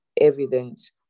evidence